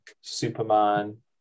Superman